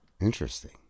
interesting